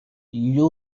you